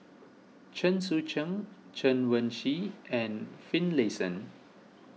Chen Sucheng Chen Wen Hsi and Finlayson